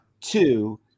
Two